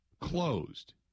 closed